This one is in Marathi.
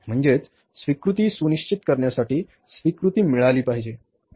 म्हणजेच स्वीकृती सुनिश्चित करण्यासाठी स्वीकृती मिळाली पाहिजे